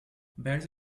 better